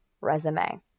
resume